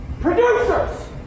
producers